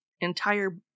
entire